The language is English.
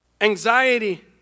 anxiety